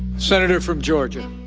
senator from georgia.